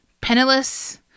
penniless